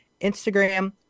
Instagram